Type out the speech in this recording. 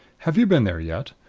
have you been there yet?